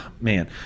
man